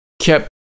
kept